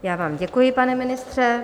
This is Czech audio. Já vám děkuji, pane ministře.